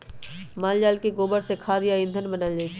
माल जाल के गोबर से खाद आ ईंधन बनायल जाइ छइ